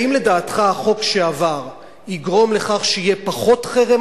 האם לדעתך החוק שעבר יגרום לכך שיהיה פחות חרם